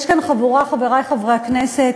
יש כאן חבורה, חברי חברי הכנסת,